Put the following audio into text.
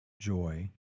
joy